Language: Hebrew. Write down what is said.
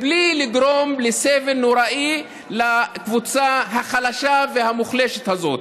בלי לגרום לסבל נוראי לקבוצה החלשה והמוחלשת הזאת.